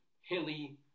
hilly